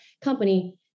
company